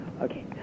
okay